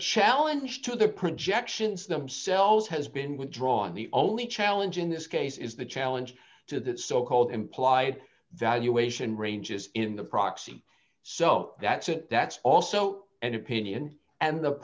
challenge to the projections themselves has been withdrawn the only challenge in this case is the challenge to that so called implied valuation ranges in the proxy so that's it that's also an opinion and the